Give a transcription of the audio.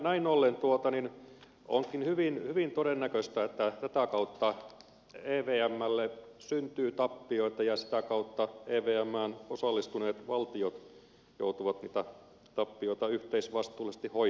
näin ollen onkin hyvin todennäköistä että tätä kautta evmlle syntyy tappioita ja sitä kautta evmään osallistuneet valtiot joutuvat niitä tappioita yhteisvastuullisesti hoitamaan